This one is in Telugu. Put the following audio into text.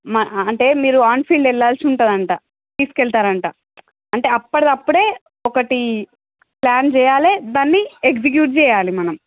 మా అంటే మీరు ఆన్ ఫీల్డ్ వెళ్ళాల్సి ఉంటుంది అంటా తీసుకెళ్తారు అంటా అంటే అప్పటిది అప్పుడే ఒకటి ప్లాన్ చెయ్యాలి దాన్ని ఎగ్జిక్యూట్ చెయ్యాలి మనం